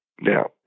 Now